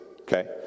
okay